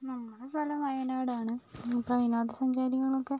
നമ്മുടെ സ്ഥലം വയനാടാണ് അപ്പോൾ വിനോദസഞ്ചാരികളൊക്കെ